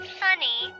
sunny